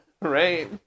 Right